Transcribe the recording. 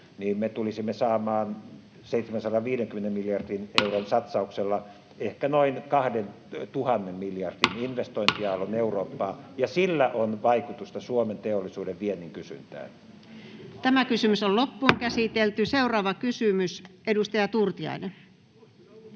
niin me tulisimme saamaan 750 miljardin euron satsauksella ehkä noin 2 000 miljardin investointiaallon Eurooppaan, ja sillä on vaikutusta Suomen teollisuuden viennin kysyntään. Seuraava kysymys, edustaja Turtiainen.